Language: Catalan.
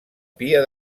pia